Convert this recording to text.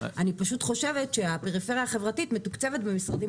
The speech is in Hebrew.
אני פשוט חושבת שהפריפריה החברתית מתוקצבת במשרדים